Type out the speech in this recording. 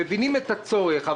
מבינים את הצורך,